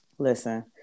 Listen